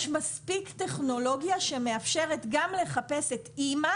יש מספיק טכנולוגיה שמאפשרת גם לחפש את אימא